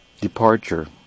departure